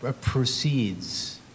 proceeds